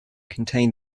contain